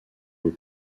aux